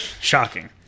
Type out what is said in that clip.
Shocking